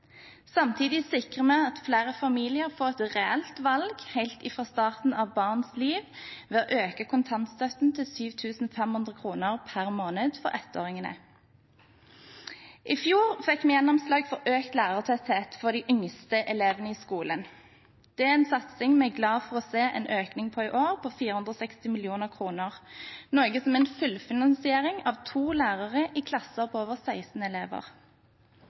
Samtidig sikrer vi at flere familier får et reelt valg helt fra starten av barnets liv, ved å øke kontantstøtten til 7 500 kr per måned for ettåringene. I fjor fikk vi gjennomslag for økt lærertetthet for de yngste elevene i skolen. Det er en satsing vi er glade for å se en økning på i år, på 460 mill. kr, noe som er en fullfinansiering av to lærere i klasser på over 16 elever.